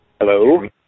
Hello